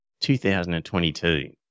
2022